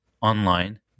online